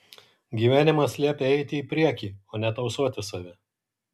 gyvenimas liepia eiti į priekį o ne tausoti save